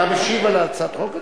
אתה משיב על הצעת החוק הזאת?